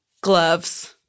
gloves